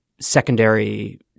secondary